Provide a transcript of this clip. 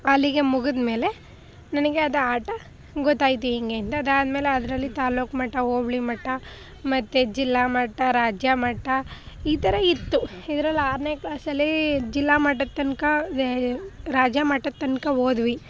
ಅಲ್ಲಿಗೆ ಮುಗಿದ್ಮೇಲೆ ನನಗೆ ಅದು ಆಟ ಗೊತ್ತಾಯಿತು ಹೆಂಗೆ ಅಂತ ಅದಾದ್ಮೇಲೆ ಅದರಲ್ಲಿ ತಾಲ್ಲೂಕು ಮಟ್ಟ ಹೋಬ್ಳಿ ಮಟ್ಟ ಮತ್ತೆ ಜಿಲ್ಲಾ ಮಟ್ಟ ರಾಜ್ಯ ಮಟ್ಟ ಈ ಥರ ಇತ್ತು ಇದ್ರಲ್ಲಿ ಆರನೇ ಕ್ಲಾಸಲ್ಲಿ ಜಿಲ್ಲಾ ಮಟ್ಟದ ತನಕ ಏ ರಾಜ್ಯ ಮಟ್ಟದ ತನಕ ಹೋದ್ವಿ